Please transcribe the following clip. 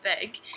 big